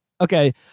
Okay